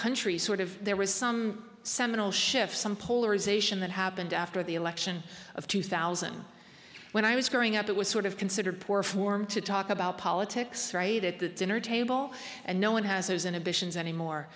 country sort of there was some seminal shift some polarization that happened after the election of two thousand when i was growing up it was sort of considered poor form to talk about politics right at the dinner table and no one has inhibitions anymore